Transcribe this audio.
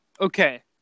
Okay